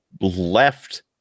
left